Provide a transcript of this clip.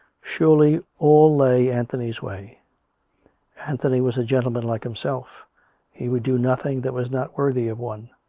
surely all lay anthony's way anthony was a gentleman like himself he would do nothing that was not worthy of one.